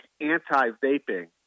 anti-vaping